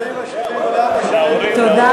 תודה